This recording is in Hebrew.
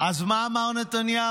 אז מה אמר נתניהו?